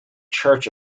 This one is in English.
church